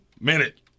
minute